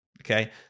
Okay